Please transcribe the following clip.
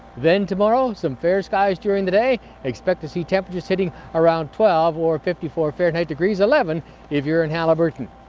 then tomorrow, some fair skies during the day, expect to see temperatures sitting around twelve, or fifty four fahrenheit, so eleven if you're in haliburton.